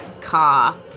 car